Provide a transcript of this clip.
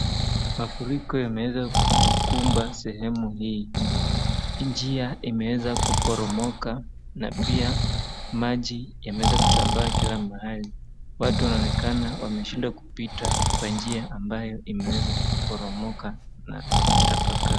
Mafuriko yameweza kukumba sehemu hii. Njia imeeza kuporomoka na pia maji yameweza kusambaa kila mahali. Watu wanaonekana wameshindwa kupita kwa njia ambayo imeweza kuporomoka na kutapakaa.